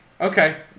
Okay